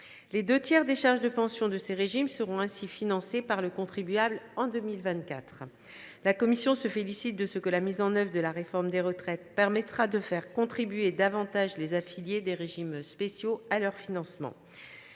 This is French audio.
Les deux tiers des charges de pensions de ces régimes seront ainsi financés par le contribuable en 2024. La commission se félicite que la mise en œuvre de la réforme des retraites permettra de faire contribuer davantage les affiliés des régimes spéciaux à leur financement.